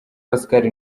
pascal